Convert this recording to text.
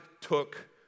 took